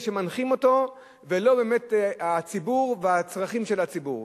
שמנחים אותו ולא הציבור והצרכים של הציבור.